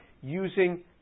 using